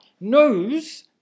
knows